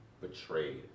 Betrayed